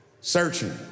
searching